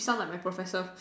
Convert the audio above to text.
sound like my professor